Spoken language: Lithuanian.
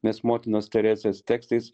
nes motinos teresės tekstais